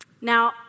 Now